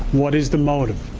what is the motive?